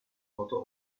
oder